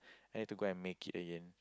I need to go and make it again